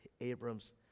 Abram's